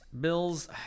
bills